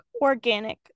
Organic